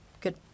good